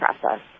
process